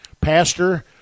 Pastor